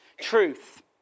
truth